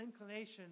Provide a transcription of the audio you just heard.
inclination